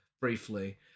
Briefly